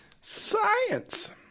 science